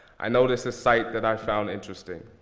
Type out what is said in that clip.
i notice a site that i found interesting.